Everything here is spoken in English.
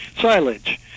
silage